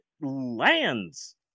lands